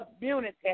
Community